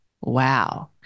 wow